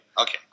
Okay